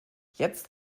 jetzt